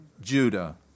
Judah